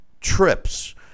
trips